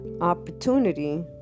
opportunity